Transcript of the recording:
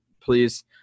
please